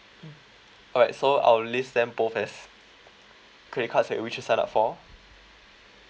mm alright so I will list them both as credit cards that you wish to sign up for